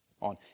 on